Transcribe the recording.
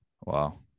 Wow